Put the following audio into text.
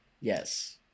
Yes